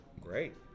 Great